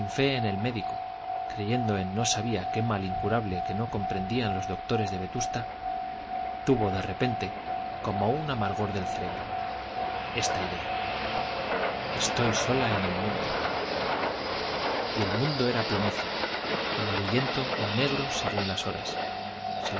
fe en el médico creyendo en no sabía qué mal incurable que no comprendían los doctores de vetusta tuvo de repente como un amargor del cerebro esta idea estoy sola en el mundo y el mundo era plomizo amarillento o negro según las horas